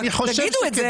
אבל תגידו את זה.